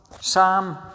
Sam